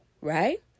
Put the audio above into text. right